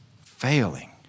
failing